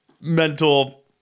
mental